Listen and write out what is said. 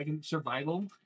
Survival